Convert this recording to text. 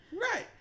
right